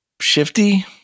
Shifty